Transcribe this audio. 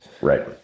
Right